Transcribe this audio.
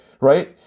right